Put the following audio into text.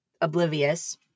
oblivious